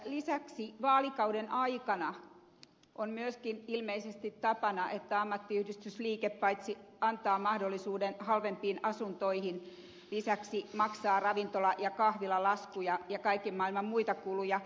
lisäksi vaalikauden aikana on myöskin ilmeisesti tapana että ammattiyhdistysliike paitsi antaa mahdollisuuden halvempiin asuntoihin lisäksi maksaa ravintola ja kahvilalaskuja ja kaiken maailman muita kuluja